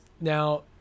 Now